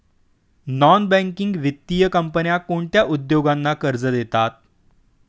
Non banking वित्तीय कंपन्या कोणत्या उद्योगांना कर्ज देतात?